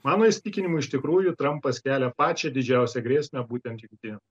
mano įsitikinimu iš tikrųjų trampas kelia pačią didžiausią grėsmę būtent jungtinėm